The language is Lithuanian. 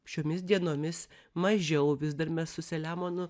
šiomis dienomis mažiau vis dar mes su selemonu